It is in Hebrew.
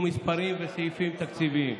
מספרים וסעיפים תקציביים,